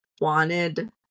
wanted